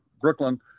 Brooklyn